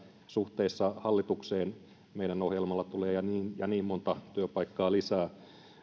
okei suhteessa hallitukseen meidän ohjelmalla tulee niin ja niin monta työpaikkaa lisää